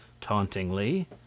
tauntingly